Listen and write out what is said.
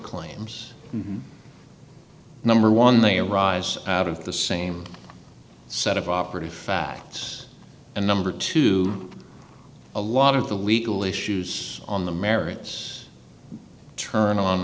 claims number one they arise out of the same set of operative facts and number two a lot of the legal issues on the merits turn on